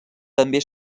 també